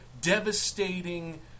Devastating